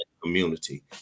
Community